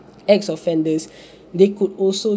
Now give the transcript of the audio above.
ex-offenders they could also